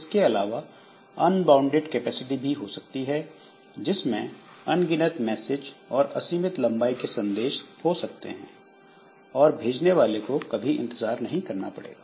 इसके अलावा unbounded capacity भी हो सकती है जिसमें अनगिनत मैसेज और असीमित लंबाई के संदेश हो सकते हैं और भेजने वाले को कभी इंतजार नहीं करना पड़ेगा